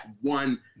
one